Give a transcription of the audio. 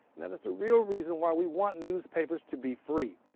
now there's a real reason why we want newspapers to be free.